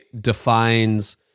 defines